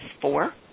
four